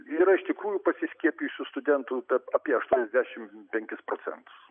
yra iš tikrųjų pasiskiepijusių studentų apie aštuoniasdešimt penkis procentus